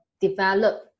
develop